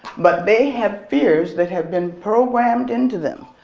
but they have fears that have been programmed into them.